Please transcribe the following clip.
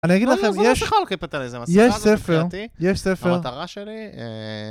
אני אגיד לכם, יש ספר, יש ספר.